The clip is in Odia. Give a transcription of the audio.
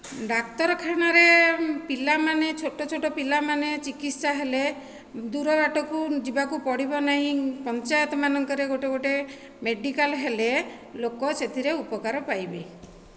ଡାକ୍ତରଖାନାରେ ପିଲାମାନେ ଛୋଟ ଛୋଟ ପିଲାମାନେ ଚିକତ୍ସା ହେଲେ ଦୂର ବାଟକୁ ଯିବାକୁ ପଡିବନାହିଁ ପଞ୍ଚାୟତମାନଙ୍କରେ ଗୋଟିଏ ଗୋଟିଏ ମେଡ଼ିକାଲ ହେଲେ ଲୋକ ସେଥିରେ ଉପକାର ପାଇବେ